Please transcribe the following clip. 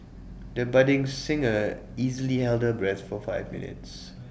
the budding singer easily held her breath for five minutes